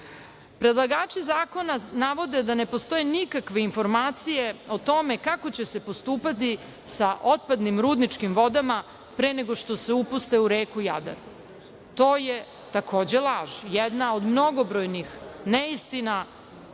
sveta? Predlagači zakona navode da ne postoje nikakve informacije o tome kako će se postupati sa otpadnim rudničkim vodama pre nego što se upuste u reku Jadar. To je takođe laž, jedna od mnogobrojnih neistina,